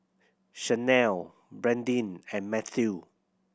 Shanelle Bradyn and Matthew